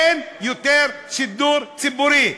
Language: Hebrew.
אין יותר שידור ציבורי.